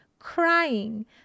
crying